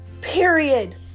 period